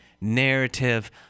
narrative